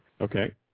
Okay